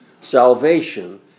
Salvation